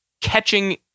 catching